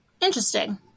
Interesting